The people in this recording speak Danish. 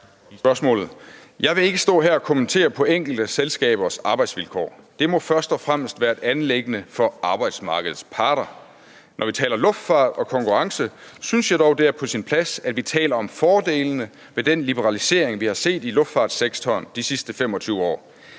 Jeg vil ikke stå her og kommentere enkelte selskabers arbejdsvilkår. Det må først og fremmest være et anliggende for arbejdsmarkedets parter. Når vi taler luftfart og konkurrence, synes jeg dog det er på sin plads, at vi taler om fordelene ved den liberalisering, vi har set i luftfartssektoren de sidste 25 år.